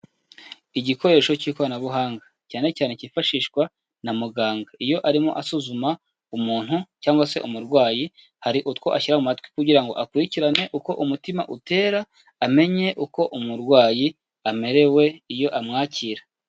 Igikoresho cy'ikoranabuhanga cyane cyane cyifashishwa na muganga. Iyo arimo asuzuma umuntu cyangwa se umurwayi, hari utwo ashyira mu matwi kugira ngo akurikirane uko umutima utera, amenye uko umurwayi amerewe iyo amwakira.